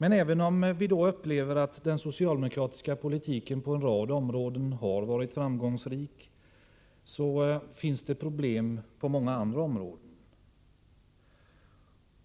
Även om vi då upplever att den socialdemokratiska politiken på en rad områden har varit framgångsrik, finns det problem på många andra områden.